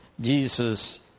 Jesus